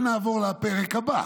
ונעבור לפרק הבא.